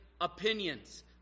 opinions